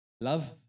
Love